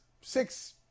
six